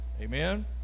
Amen